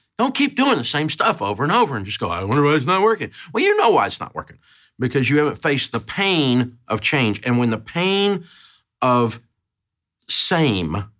don't keep doing the same stuff over and over and just go, i wonder why it's not working. well you know why it's not working because you haven't faced the pain of change. and when the pain of same,